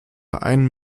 ein